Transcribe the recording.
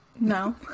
No